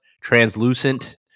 translucent